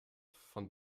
von